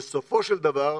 בסופו של דבר,